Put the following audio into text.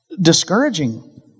discouraging